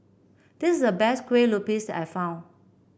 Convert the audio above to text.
this the best Kue Lupis I found